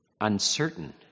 uncertain